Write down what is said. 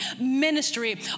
ministry